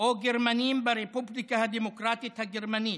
או גרמנים ברפובליקה הדמוקרטית הגרמנית,